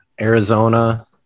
Arizona